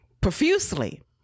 profusely